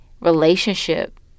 relationship